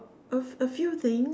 a a few things